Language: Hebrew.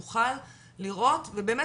נוכל לראות ובאמת,